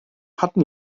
hatten